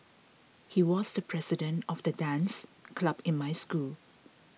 he was the president of the dance club in my school